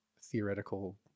theoretical